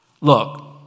Look